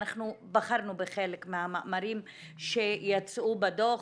אנחנו בחרנו בחלק מהמאמרים שיצאו בדוח.